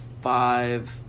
five